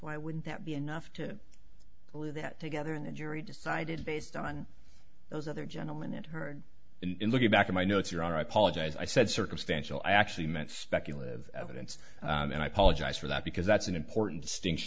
why wouldn't that be enough to believe that together in the jury decided based on those other gentlemen it heard in looking back at my notes your honor i apologize i said circumstantial i actually meant speculative evidence and i apologize for that because that's an important distin